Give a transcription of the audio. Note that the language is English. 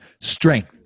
Strength